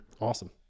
Awesome